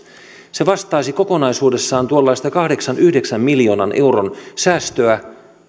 se vastaisi kokonaisuudessaan tuollaista kahdeksan viiva yhdeksän miljoonan euron säästöä